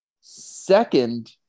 second